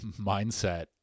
mindset